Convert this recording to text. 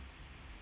mm